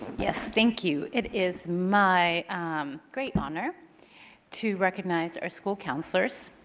yes, thank you, it is my great honor to recognize our school counselors.